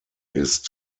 ist